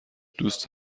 دوست